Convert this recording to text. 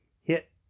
hit